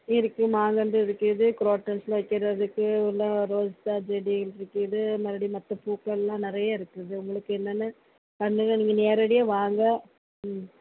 இருக்கு மாங்கன்று இருக்குது குரோட்டன்ஸ் எல்லாம் வைக்கிறதுக்கு இல்லை ரோசா செடி இருக்குது மறுடி மற்ற பூக்கள் எல்லாம் நிறையா இருக்குது உங்களுக்கு என்னென்ன பண்ணுங்கள் நீங்கள் நேரடியாக வாங்க ம்